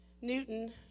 Newton